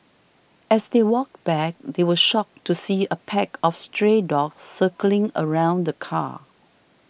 as they walked back they were shocked to see a pack of stray dogs circling around the car